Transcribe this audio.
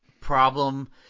problem